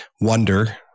wonder